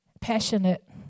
passionate